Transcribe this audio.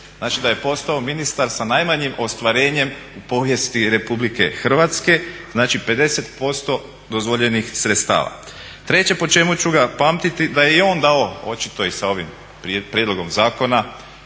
Znači da je postao ministar sa najmanjim ostvarenjem u povijesti RH, znači 50% dozvoljenih sredstva. Treće po čemu ću ga pamtiti da je i on dao očito i sa ovim prijedlogom zakonom